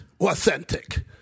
authentic